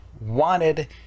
wanted